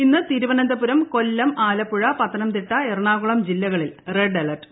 ഇന്ന് തിരുവനന്തപുരം കൊല്ലം ആലപ്പുഴ പത്തനംതിട്ട എറണാകുളം ജില്ലകളിൽ red alert